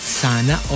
sana